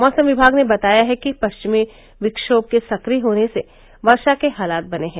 मौसम विभाग ने बताया है कि पश्चिमी विक्षोम के सक्रिय होने से वर्षा के हालात बने हैं